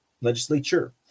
legislature